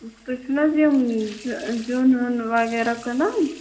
تُہۍ چھُو نہَ حظ یِم زیُن ویُن وَغیرہ کٕنان